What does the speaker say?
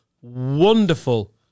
wonderful